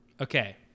Okay